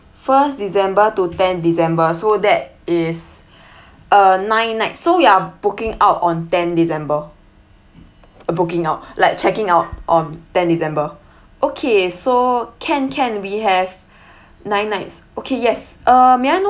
first december to ten december so that is uh nine nights so you're booking out on ten december uh booking out like checking out on ten december okay so can can we have nine nights okay yes uh may I know